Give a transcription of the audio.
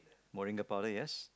moringa powder yes